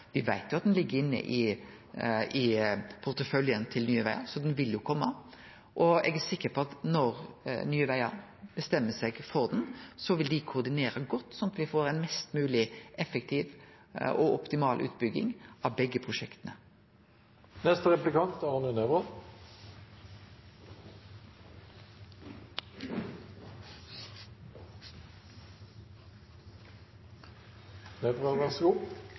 veit jo at han ligg inne i porteføljen til Nye Vegar, så han vil jo kome. Og eg er sikker på at når Nye Vegar bestemmer seg for ringvegen, så vil dei koordinere godt, slik at me får ei mest mogleg effektiv og optimal utbygging av begge